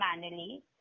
manually